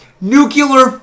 nuclear